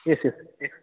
yes yes yes